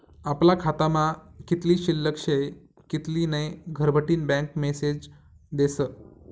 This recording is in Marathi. आपला खातामा कित्ली शिल्लक शे कित्ली नै घरबठीन बँक मेसेज देस